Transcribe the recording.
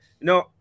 No